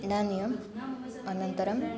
आनीय अनन्तरं